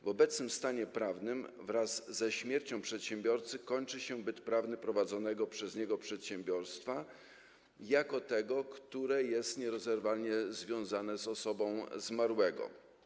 W obecnym stanie prawnym wraz ze śmiercią przedsiębiorcy kończy się byt prawny prowadzonego przez niego przedsiębiorstwa jako tego, które jest nierozerwalnie związane z osobą zmarłego.